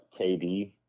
KD